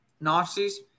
Nazis